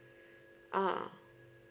ah